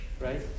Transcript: right